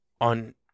On